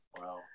Wow